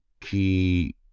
key